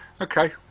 Okay